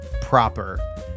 proper